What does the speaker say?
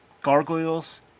gargoyles